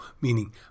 meaning